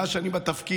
מאז שאני בתפקיד,